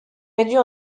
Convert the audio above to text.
réduits